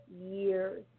years